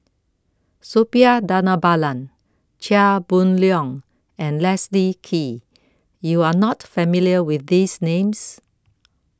Suppiah Dhanabalan Chia Boon Leong and Leslie Kee YOU Are not familiar with These Names